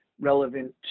relevant